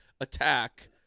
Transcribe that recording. attack